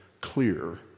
clear